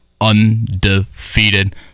undefeated